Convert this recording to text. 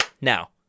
now